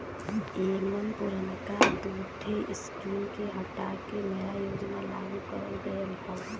एमन पुरनका दूठे स्कीम के हटा के नया योजना लागू करल गयल हौ